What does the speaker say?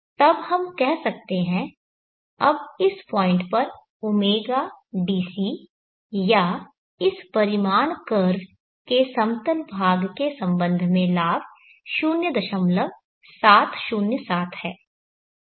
तब हम कह सकते हैं अब इस पॉइंट पर ω DC या इस परिमाण कर्व के समतल भाग के संबंध में लाभ 0707 है